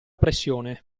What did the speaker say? pressione